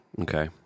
Okay